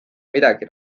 midagi